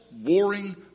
warring